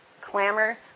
clamor